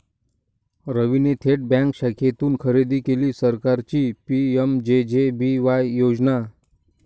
रवीने थेट बँक शाखेतून खरेदी केली सरकारची पी.एम.जे.जे.बी.वाय योजना